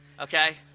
Okay